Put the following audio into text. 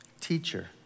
Teacher